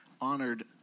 honored